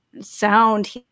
sound